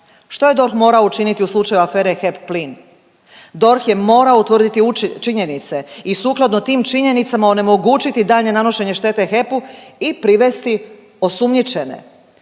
Što je DORH morao učiniti u slučaju afere HEP plin? DORH je morao utvrditi činjenice i sukladno tim činjenicama onemogućiti daljnje nanošenje štete HEP-u i privesti osumnjičene.